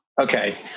Okay